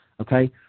okay